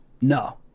no